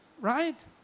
right